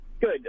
Good